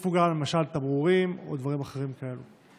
תוסיפו גם, למשל, תמרורים או דברים אחרים כאלה?